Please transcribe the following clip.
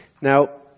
Now